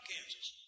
Kansas